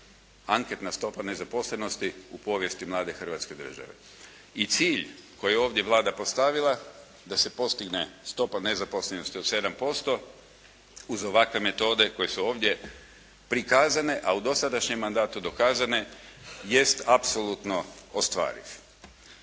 anketna stopa nezaposlenosti u povijesti mlade Hrvatske države. I cilj koji je ovdje Vlada postavila da se postigne stopa nezaposlenosti od 7% uz ovakve metode koje su ovdje prikazane a u dosadašnjem mandatu dokazane jest apsolutno ostvariv.